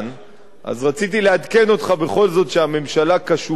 רציתי לעדכן אותך בכל זאת שהממשלה קשובה למחאה,